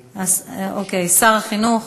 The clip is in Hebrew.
אוקיי, שר החינוך